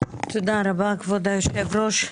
תודה רבה כבוד יושב הראש.